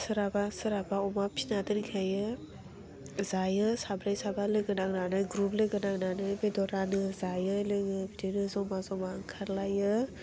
सोराबा सोराबा अमा फिना दोनखायो जायो साब्रै साबा लोगो नांनानै ग्रुप लोगो नांनानै बेदर रानो जायो लोङो बिदिनो ज'मा ज'मा ओंखारलायो